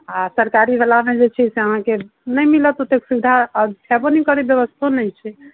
आ सरकारी बलामे जे छै से अहाँके नहि मिलत ओते सुबिधा आओर छबे नहि करै आओर ब्यबस्थो नहि छै